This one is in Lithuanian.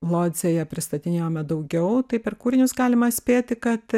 lodzėje pristatinėjome daugiau tai per kūrinius galima spėti kad